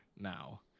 now